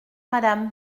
madame